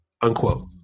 Unquote